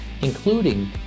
including